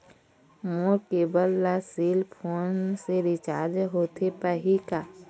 मोर cable ला cell phone से recharge होथे पाही का?